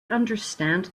understand